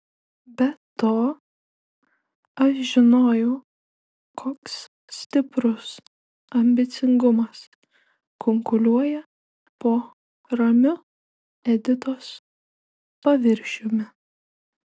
be to aš žinojau koks stiprus ambicingumas kunkuliuoja po ramiu editos paviršiumi